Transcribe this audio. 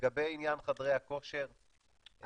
לגבי עניין חדרי הכושר --- תתייחס,